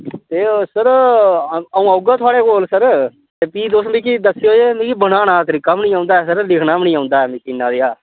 ते ओह् सर अ'ऊं औगा थुआड़े कोल सर ते फ्ही तुस मिकी दस्सेओ जे बनाना दा तरीका बी निं औंदा ऐ सर लिखना बी निं औंदा ऐ मिकी इन्ना जेहा